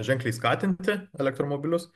ženkliai skatinti elektromobilius